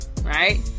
right